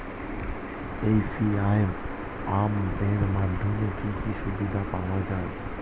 UPI app এর মাধ্যমে কি কি সুবিধা পাওয়া যায়?